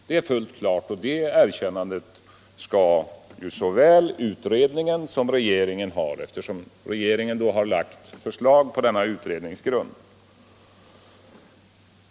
Det är fullt klart, och det erkännandet skall såväl utredningen som regeringen ha, eftersom regeringen har byggt förslaget på utredningens grund.